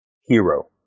hero